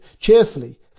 cheerfully